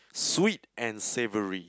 sweet and savoury